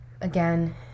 again